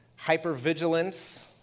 hypervigilance